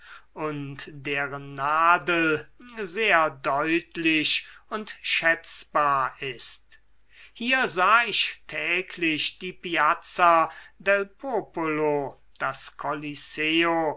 und deren nadel sehr deutlich und schätzbar ist hier sah ich täglich die piazza del popolo das coliseo